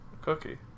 Cookie